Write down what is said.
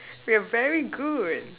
we're very good